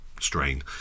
strain